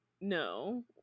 no